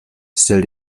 stell